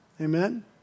Amen